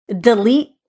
delete